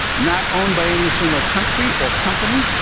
not owned by any single country or company,